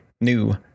new